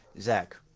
Zach